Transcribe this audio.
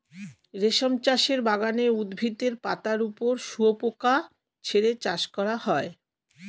রেশম চাষের বাগানে উদ্ভিদের পাতার ওপর শুয়োপোকা ছেড়ে চাষ করা হয়